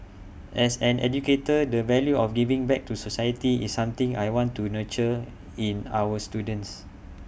as an educator the value of giving back to society is something I want to nurture in our students